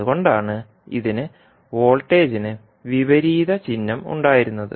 അതുകൊണ്ടാണ് ഇതിന് വോൾട്ടേജിന് വിപരീത ചിഹ്നം ഉണ്ടായിരുന്നത്